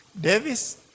Davis